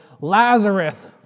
Lazarus